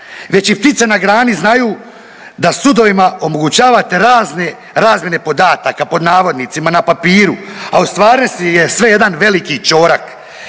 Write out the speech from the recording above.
Već i ptice na grani znaju da sudovima omogućavate razne razmjene podataka pod navodnicima na papiru, a u stvarnosti je sve jedan veliki ćorak.